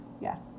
Yes